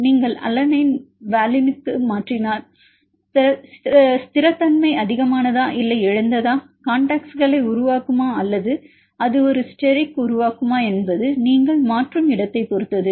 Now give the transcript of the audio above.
நீங்கள் அலனைன் வாலினுக்கு மாற்றியமைத்தால் ஸ்திரத்தன்மை அதிகமானதா இல்லை இழந்ததா காண்டக்ட்ஸ்களை உருவாக்குமா அல்லது அது ஒரு ஸ்டெரிக் உருவாக்குமா என்பது நீங்கள் மாற்றும் இடத்தைப் பொறுத்தது